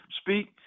speak